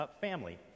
family